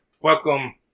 Welcome